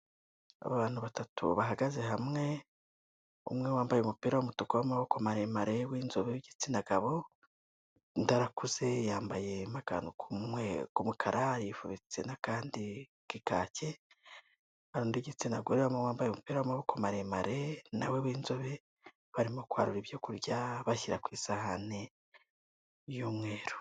Abantu batatu bahagaze hamwe, umwe wambaye umupira w'umutuku w'amaboko maremare w'inzobe w'igitsina gabo, undi arakuze yambayemo akantu k'umukara yifubitse n'akandi kikacye, hari undi w'igitsina gore wambaye umupira w'amaboko maremare na we w'inzobe, barimo kwarura ibyo kurya bashyira ku isahani y'umweru.